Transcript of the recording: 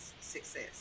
success